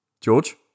George